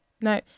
no